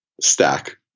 stack